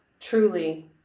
truly